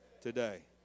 Today